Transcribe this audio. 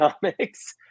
comics